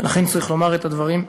ולכן צריך לומר את הדברים.